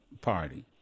Party